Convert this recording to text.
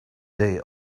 day